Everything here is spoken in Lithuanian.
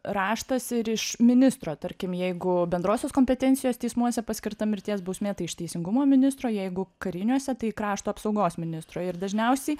raštas ir iš ministro tarkim jeigu bendrosios kompetencijos teismuose paskirta mirties bausmė tai iš teisingumo ministro jeigu kariniuose tai krašto apsaugos ministro ir dažniausiai